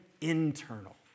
internal